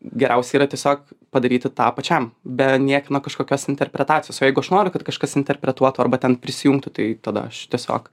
geriausia yra tiesiog padaryti tą pačiam be niekieno kažkokios interpretacijos o jeigu aš noriu kad kažkas interpretuotų arba ten prisijungtų tai tada aš tiesiog